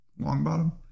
Longbottom